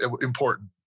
important